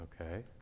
Okay